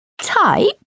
Type